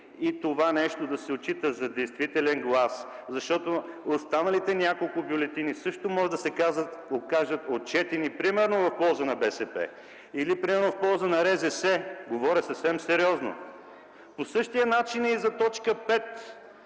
и това нещо да се отчита за действителен глас! Защото останалите няколко бюлетини също може да се окажат отчетени, примерно, в полза на БСП или примерно в полза на РЗС! Говоря съвсем сериозно! По същия начин е за т. 5